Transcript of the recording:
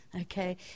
Okay